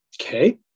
Okay